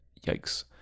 yikes